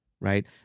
right